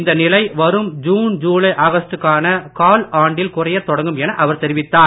இந்த நிலை வரும் ஜுன் ஜுலை ஆகஸ்டு க்கான கால் ஆண்டில் குறையத் தொடங்கும் என அவர் தெரிவித்தார்